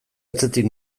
atzetik